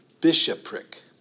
bishopric